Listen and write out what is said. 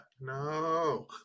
No